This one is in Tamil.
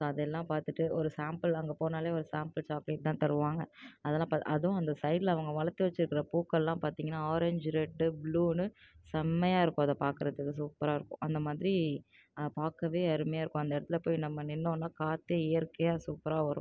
ஸோ அதெல்லாம் பார்த்துட்டு ஒரு சாம்பிள் அங்கே போனாலே ஒரு சாம்பிள் சாக்லேட் தான் தருவாங்க அதெல்லாம் பா அதுவும் அந்த சைடில் அவங்க வளர்த்து வச்சுருக்குற பூக்கள்லாம் பார்த்திங்கனா ஆரஞ்ச் ரெட்டு ப்ளூன்னு செம்மையாக இருக்குது அதை பார்க்குறதுக்கு சூப்பராக இருக்கும் அந்த மாதிரி அதை பார்க்கவே அருமையாக இருக்கும் அந்த இடத்துல போய் நம்ம நின்றோன்னா காற்றே இயற்கையாக சூப்பராக வரும்